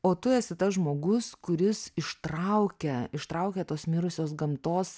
o tu esi tas žmogus kuris ištraukia ištraukia tos mirusios gamtos